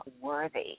worthy